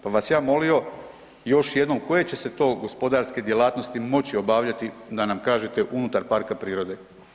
Pa bi vas ja molio još jednom, koje će se to gospodarske djelatnosti moći obavljati da nam kažete, unutar parka prirode?